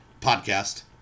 Podcast